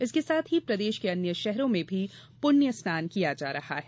इसके साथ ही प्रदेष के अन्य शहरों में भी पुण्य स्नान किया जा रहा है